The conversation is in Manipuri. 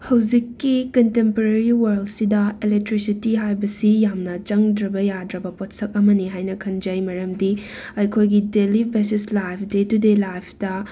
ꯍꯧꯖꯤꯛꯀꯤ ꯀꯟꯇꯦꯝꯄꯔꯦꯔꯤ ꯋꯥꯔꯜꯗꯁꯤꯗ ꯑꯦꯂꯦꯛꯇ꯭ꯔꯤꯁꯤꯇꯤ ꯍꯥꯏꯕꯁꯤ ꯌꯥꯝꯅ ꯆꯪꯗ꯭ꯔꯕ ꯌꯥꯗ꯭ꯔꯕ ꯄꯣꯠꯁꯛ ꯑꯃꯅꯤ ꯍꯥꯏꯅ ꯈꯟꯖꯩ ꯃꯔꯝꯗꯤ ꯑꯩꯈꯣꯏꯒꯤ daily basis life day to day ꯂꯥꯏꯐꯇ